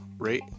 Rate